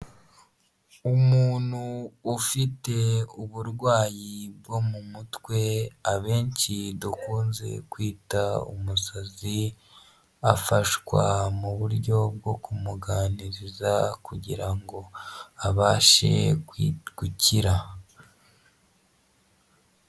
Umuntu ufite uburwayi bwo mu mutwe abenshi dukunze kwita umusazi, afashwa mu buryo bwo kumuganiriza kugira ngo abashe gukira.